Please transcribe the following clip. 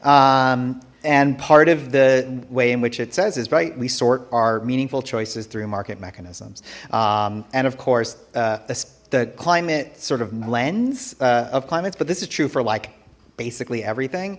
and part of the way in which it says is right we sort our meaningful choices through market mechanisms and of course this the climate sort of lens of climates but this is true for like basically everything